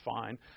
fine